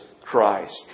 Christ